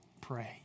pray